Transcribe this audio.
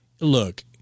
look